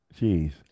Jeez